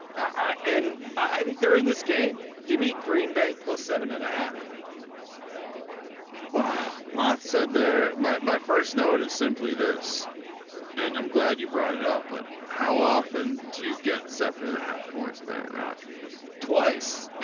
ah and i think they're in this game. give me green bay plus seven and a half wow lots said there. mike my first note is simply this and i'm glad you brought it up but how often do you get seven and a half points with aaron rodgers twice.